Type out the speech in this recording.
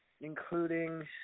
including